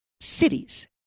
cities